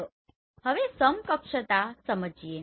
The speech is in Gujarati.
ચાલો હવે સમકક્ષતા સમજીએ